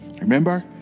Remember